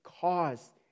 cause